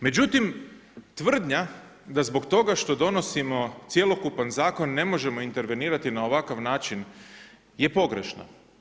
Međutim tvrdnja da zbog toga što donosimo cjelokupan zakon ne možemo intervenirati na ovakav način je pogrešna.